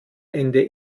ende